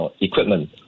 equipment